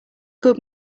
good